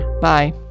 Bye